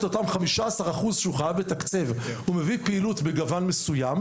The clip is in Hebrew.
אותם 15% שהוא חייב לתקצב הוא מביא פעילות בגוון מסוים,